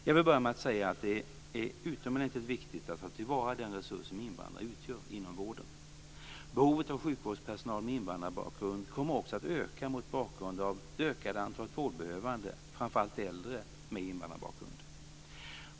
Jag vill börja med att säga att det är utomordentligt viktigt att ta till vara den resurs som invandrarna utgör inom vården. Behovet av sjukvårdspersonal med invandrarbakgrund kommer också att öka mot bakgrund av det ökande antalet vårdbehövande, framför allt äldre, med invandrarbakgrund.